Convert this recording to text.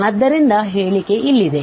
ಆದ್ದರಿಂದ ಹೇಳಿಕೆ ಇಲ್ಲಿದೆ